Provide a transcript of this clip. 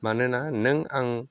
मानोना नों आं